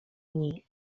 niej